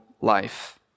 life